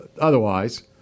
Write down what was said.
otherwise